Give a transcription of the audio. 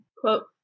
quote